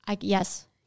Yes